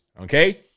Okay